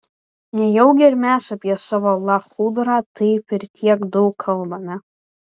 nejaugi ir mes apie savo lachudrą taip ir tiek daug kalbame